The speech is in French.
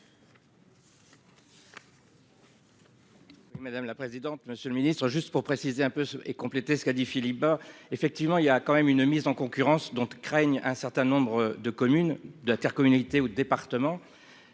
Madame la présidente. Monsieur le Ministre juste pour préciser un peu ce et compléter ce qu'a dit Philippe Bas, effectivement il y a quand même une mise en concurrence dont craignent un certain nombre de communes d'intercommunalité au département.